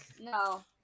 No